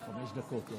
חמש דקות, אני